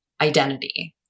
identity